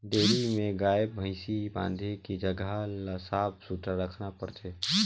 dairy में गाय, भइसी बांधे के जघा ल साफ सुथरा रखना परथे